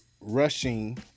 rushing